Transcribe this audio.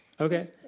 Okay